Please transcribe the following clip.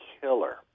killer